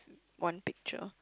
one picture